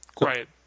Right